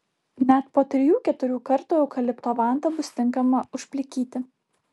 net po trijų keturių kartų eukalipto vanta bus tinkama užplikyti